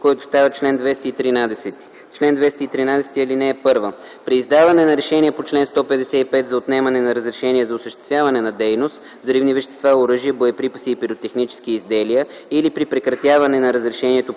който става чл. 213: „Чл. 213. (1) При издаване на решение по чл. 155 за отнемане на разрешение за осъществяване на дейност с взривни вещества, оръжия, боеприпаси и пиротехнически изделия или при прекратяване на разрешението